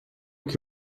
que